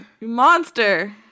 Monster